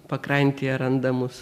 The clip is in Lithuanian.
pakrantėje randamus